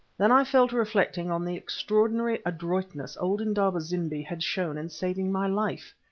then i fell to reflecting on the extraordinary adroitness old indaba-zimbi had shown in saving my life.